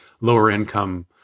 lower-income